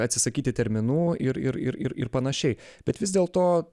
atsisakyti terminų ir ir ir ir panašiai bet vis dėlto